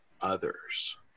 others